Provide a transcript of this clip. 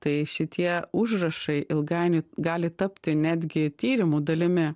tai šitie užrašai ilgainiui gali tapti netgi tyrimų dalimi